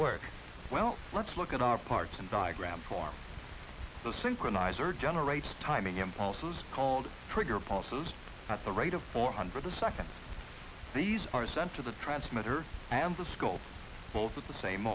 work well let's look at our parts and diagram for the synchronizer generates timing impulses called trigger pulses at the rate of four hundred a second these are sent to the transmitter and the skull both at the same